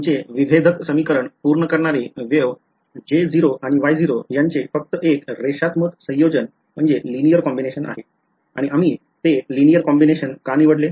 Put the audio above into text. आमचे समीकरण satisfy करणारे wave J0 आणि Y0 यांचे फक्त एक रेषात्मक संयोजनआहेत आणि आम्ही ते रेषात्मक संयोजन का निवडले